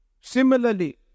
Similarly